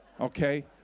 okay